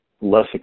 less